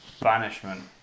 Banishment